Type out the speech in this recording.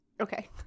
Okay